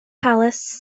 palace